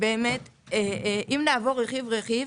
אם נעבור רכיב-רכיב,